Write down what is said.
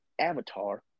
avatar